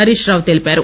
హరీష్రావు తెలిపారు